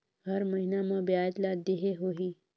हर महीना मा ब्याज ला देहे होही?